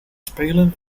spelen